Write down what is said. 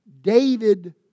David